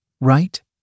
Right